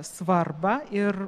svarbą ir